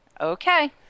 Okay